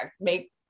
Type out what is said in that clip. make